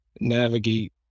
navigate